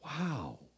Wow